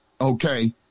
okay